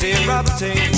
erupting